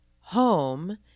home